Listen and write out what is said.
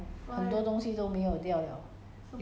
err you know 吸毒所这样 then 去去